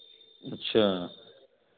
अच्छा